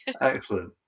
excellent